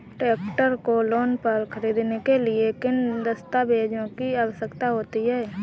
Tractor को loan पर खरीदने के लिए किन दस्तावेज़ों की आवश्यकता होती है?